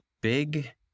big